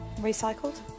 recycled